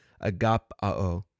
agapao